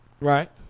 Right